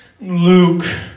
Luke